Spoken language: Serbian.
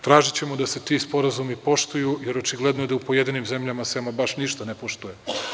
Tražićemo da se ti sporazumi poštuju, jer očigledno je da se u pojedinim zemljama ama baš ništa ne poštuje.